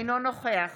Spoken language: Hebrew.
אינו נוכח